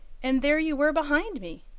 and there you were behind me.